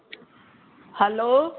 hello